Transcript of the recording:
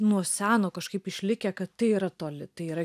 nuo seno kažkaip išlikę kad tai yra toli tai yra